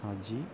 Aji